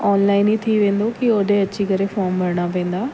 online ई थी वेंदो की होॾे अची करे फोर्म भरिणा पवंदा